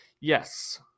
Yes